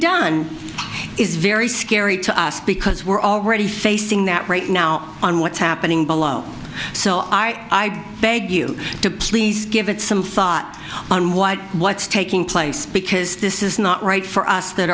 done is very scary to us because we're already facing that right now on what's happening below so i beg you to please give it some thought on why what's taking place because this is not right for us that